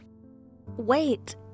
Wait